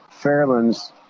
Fairland's